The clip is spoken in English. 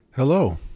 Hello